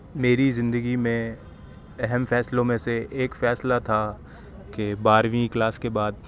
میری زندگی میں اہم فیصلوں میں سے ایک فیصلہ تھا کہ بارہویں کلاس کے بعد